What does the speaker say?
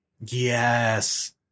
Yes